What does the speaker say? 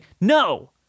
No